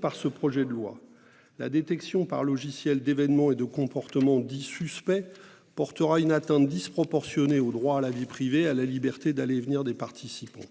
par ce projet de loi. La détection, par logiciel, d'événements et de comportements considérés comme suspects portera une atteinte disproportionnée au droit à la vie privée et à la liberté d'aller et venir des participants.